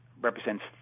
represents